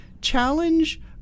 challenge